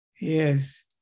yes